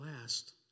last